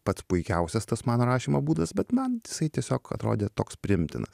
pats puikiausias tas mano rašymo būdas bet man jisai tiesiog atrodė toks priimtinas